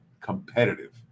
competitive